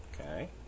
Okay